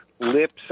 Lips